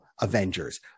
avengers